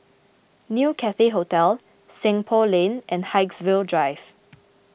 New Cathay Hotel Seng Poh Lane and Haigsville Drive